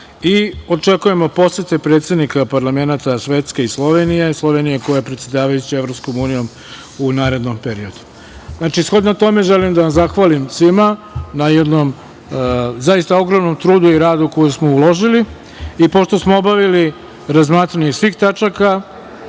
Očekujemo posete predsednika parlamenata Švedske i Slovenije, Slovenija koja je predsedavajuća EU u narednom periodu. Shodno tome, želim da zahvalim svima na jednom zaista ogromnom trudu i radu koji smo uložili. Pošto smo obavili razmatranje svih tačaka